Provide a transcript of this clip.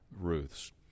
Ruth's